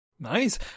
Nice